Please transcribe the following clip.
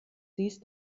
dies